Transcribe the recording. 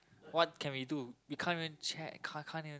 what can we do you can't even check can't can't even